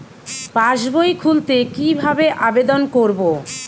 পাসবই খুলতে কি ভাবে আবেদন করব?